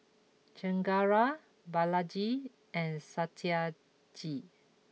Chengara Balaji and Satyajit